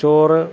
ചോറ്